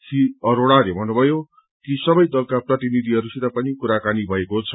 श्री अरोड़ाले भन्नुभयो कि सबै दलका प्रतिनिधहरूसित पनि कुराकानी भएको छ